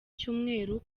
cyumweru